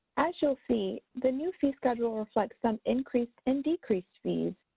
as you'll see, the new fee schedule is like some increased and decreased fees,